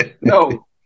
no